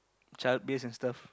child based and stuff